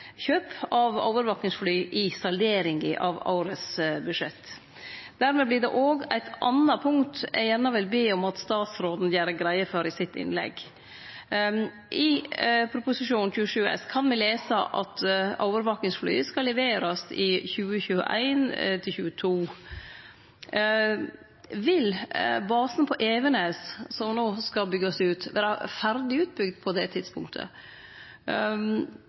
kjøp av overvakingsfly i salderinga av årets budsjett. Dermed vert det òg eit anna punkt eg gjerne vil be om at statsråden gjer greie for i sitt innlegg. I Prop 27 S kan me lese at overvakingsfly skal leverast i 2021–2022. Vil basen på Evenes, som no skal byggjast ut, vere ferdig utbygd på det tidspunktet?